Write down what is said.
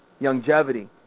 Longevity